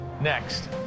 Next